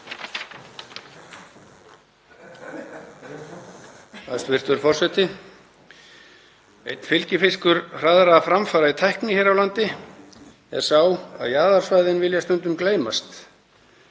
Hæstv. forseti. Einn fylgifiskur hraðra framfara í tækni hér á landi er sá að jaðarsvæðin vilja stundum gleymast.